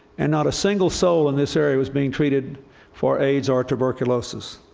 and not a single soul in this area was being treated for aids or tuberculosis.